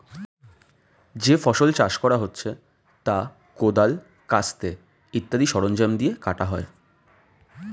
যে ফসল চাষ করা হচ্ছে তা কোদাল, কাস্তে ইত্যাদি সরঞ্জাম দিয়ে কাটা হয়